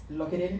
lock it in